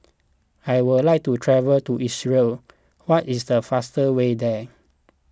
I would like to travel to Israel what is the fastest way there